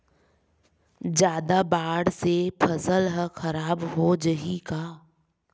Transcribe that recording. जादा बाढ़ से फसल ह खराब हो जाहि का?